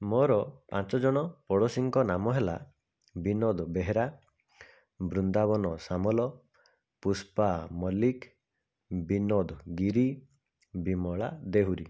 ମୋର ପାଞ୍ଚଜଣ ପୋଡ଼ଶିଙ୍କ ନାମ ହେଲା ବିନୋଦ ବେହେରା ବୃନ୍ଦାବନ ସାମଲ ପୁଷ୍ପା ମଲ୍ଲିକ ବିନୋଦ ଗିରି ବିମଳା ଦେହୁରି